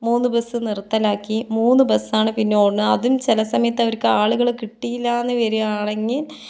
മൂന്നു ബസ്സ് നിർത്തലാക്കി മൂന്ന് ബസ്സാണ് പിന്നേ ഓടുന്നത് അതും ചില സമയത്ത് അവർക്ക് ആളുകള് കിട്ടിയില്ലാന്ന് വരികയാണെങ്കിൽ